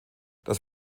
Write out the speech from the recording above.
das